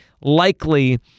likely